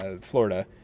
Florida